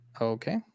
Okay